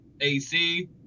AC